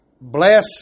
bless